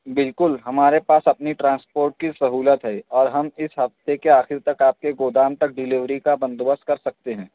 بالکل ہمارے پاس اپنی ٹرانسپورٹ کی سہولت ہے اور ہم اس ہفتے کے آخر تک آپ کے گودام تک ڈلیوری کا بندوبست کر سکتے ہیں